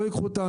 לא ייקחו אותם,